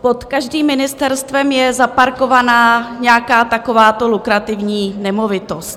Pod každým ministerstvem je zaparkovaná nějaká takováto lukrativní nemovitost.